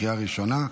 לקריאה ראשונה.